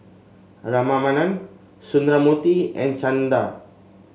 Ramanand Sundramoorthy and Chanda